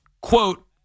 quote